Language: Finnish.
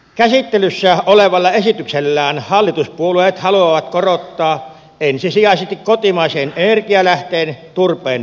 käsittelyssä olevalla esityksellään hallituspuolueet haluavat korottaa ensisijaisesti kotimaisen energialähteen turpeen verotusta